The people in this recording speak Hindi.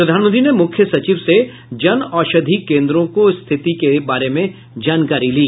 प्रधानमंत्री ने मुख्य सचिव से जन औषधि केन्द्रों की स्थिति के बारे में भी जानकारी ली